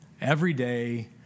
everyday